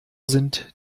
sind